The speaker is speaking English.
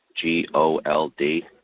G-O-L-D